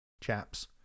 chaps